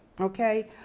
okay